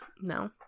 No